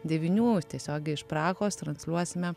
devynių tiesiogiai iš prahos transliuosime